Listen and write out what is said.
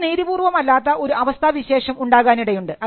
അത്ര നീതിപൂർവം അല്ലാത്ത ഒരു അവസ്ഥാവിശേഷം ഉണ്ടാകാനിടയുണ്ട്